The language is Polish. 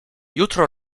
jutro